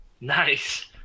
Nice